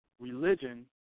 religion